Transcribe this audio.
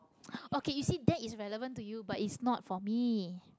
okay you see that is relevant to you but is not for me